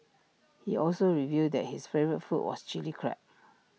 he also revealed that his favourite food was Chilli Crab